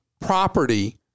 property